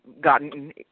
gotten